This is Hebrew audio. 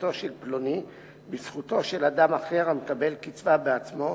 לקצבתו של פלוני בזכותו של אדם אחר המקבל קצבה בעצמו,